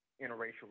interracial